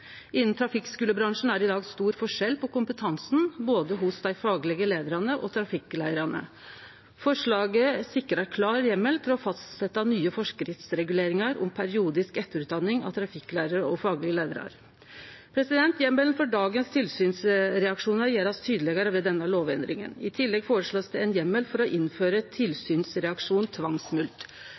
trafikkskulebransjen er det i dag stor forskjell på kompetansen både blant dei faglege leiarane og blant trafikklærarane. Forslaget sikrar ein klar heimel til å fastsetje nye forskriftsreguleringar om periodisk etterutdanning av trafikklærarar og faglege leiarar. Heimelen for dagens tilsynsreaksjonar blir gjord tydelegare med denne lovendringa. I tillegg blir det føreslått ein heimel for å innføre